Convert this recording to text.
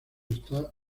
está